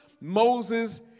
Moses